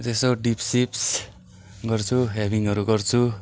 यसो डिप्ससिप्स गर्छु हेभिङहरू गर्छु